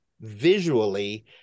visually